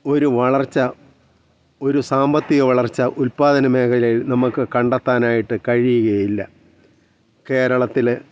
ഒരു വളർച്ച ഒരു സാമ്പത്തിക വളർച്ച ഉൽപ്പാദന മേഖലയിൽ നമുക്ക് കണ്ടെത്താനായിട്ട് കഴിയുകയില്ല കേരളത്തിൽ